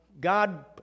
God